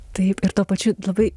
taip ir tuo pačiu labai